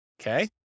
Okay